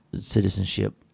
citizenship